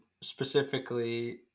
specifically